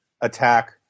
attack